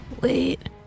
Wait